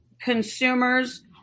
consumers